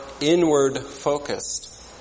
inward-focused